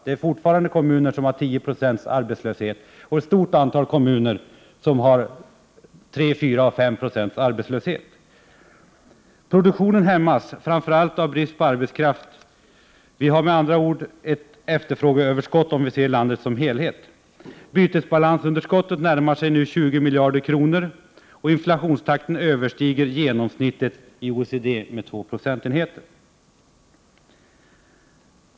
Det finns fortfarande kommuner som har 10 220 arbetslöshet, och ett stort antal kommuner har 3, 4 eller 5 96 arbetslöshet. Produktionen hämmas, framför allt av brist på arbetskraft. Vi har med andra ord ett efterfrågeöverskott, om vi ser till landet som helhet. Bytesbalansunderskottet närmar sig nu 20 miljarder kronor, och inflationstakten överstiger genomsnittet i OECD med 2 procentenheter.